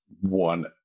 one